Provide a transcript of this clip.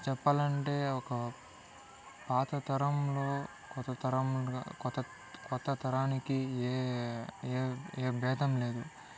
చెప్పాలంటే ఒక పాత తరంలో కొత్త తరంగా కొత్త కొత్త తరానికి ఏ ఏ ఏ బేధం లేదు